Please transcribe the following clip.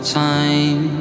time